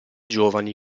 giovani